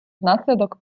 внаслідок